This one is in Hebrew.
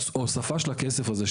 ההוספה של הכסף הזה,